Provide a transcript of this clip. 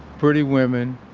pretty women,